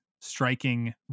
striking